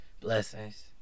Blessings